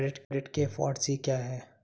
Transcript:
Credit के four C क्या हैं?